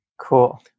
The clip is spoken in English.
Cool